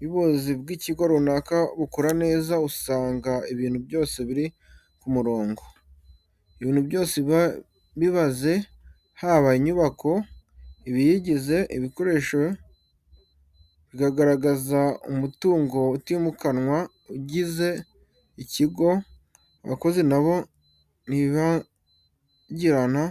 Iyo ubuyobozi bw'ikigo runaka bukora neza, usanga ibintu byose biri ku murongo. Ibintu byose biba bibaze, haba inyubako, ibiyigize, ibikoresho, bikagaragaza umutungo utimukanwa ugize ikigo. Abakozi na bo ntibibagirana,